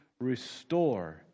restore